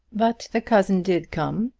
but the cousin did come,